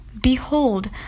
Behold